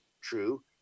True